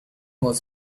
was